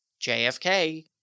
JFK